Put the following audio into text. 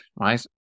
right